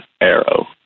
arrow